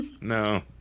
no